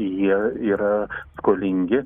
jie yra skolingi